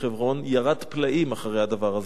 ירד פלאים אחרי הדבר הזה.